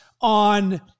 on